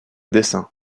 dessin